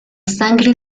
sangre